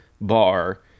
bar